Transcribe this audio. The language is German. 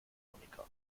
monika